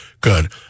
good